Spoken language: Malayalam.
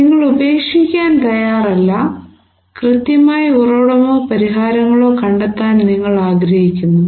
നിങ്ങൾ ഉപേക്ഷിക്കാൻ തയ്യാറല്ല കൃത്യമായ ഉറവിടമോ പരിഹാരങ്ങളോ കണ്ടെത്താൻ നിങ്ങൾ ആഗ്രഹിക്കുന്നു